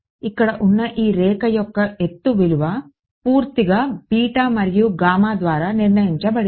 ఇక్కడ ఉన్న ఈ రేఖ యొక్క ఎత్తు విలువ పూర్తిగా మరియు ద్వారా నిర్ణయించబడింది